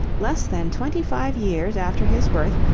less than twenty-five years after his birth,